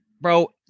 bro